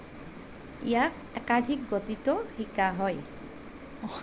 ইয়াক একাধিক গতিতো শিকা হয়